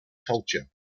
culture